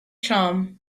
charm